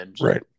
Right